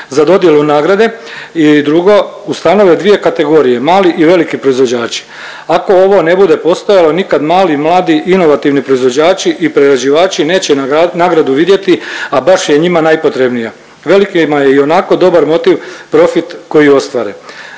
za dodjelu nagrade. I drugo, ustanove dvije kategorije mali i veliki proizvođači. Ako ovo ne bude postojalo nikad mali, mladi, inovativni proizvođači i prerađivači neće nagradu vidjeti, a baš je njima najpotrebnija. Velikima je i onako dobar motiv profit koji ostvare.